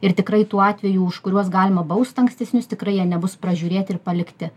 ir tikrai tų atvejų už kuriuos galima baust ankstesnius tikrai jie nebus pažiūrėti ir palikti